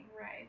right